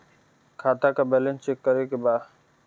खाता का balance check करे के बा?